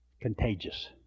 contagious